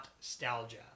Nostalgia